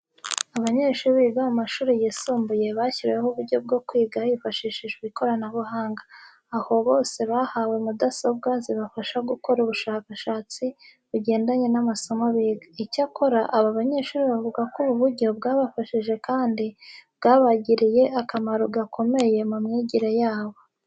Abanyeshuri biga mu mashuri yisumbuye bashyiriweho uburyo bwo kwiga hifashishijwe ikoranabuhanga. Aho bose bahawe mudasobwa zibafasha gukora ubushakashatsi bugendanye n'amasomo biga. Icyakora aba banyeshuri bavuga ko ubu buryo bwabafashije kandi bwabagiriye akamaro gakomeye mu myigire yabo.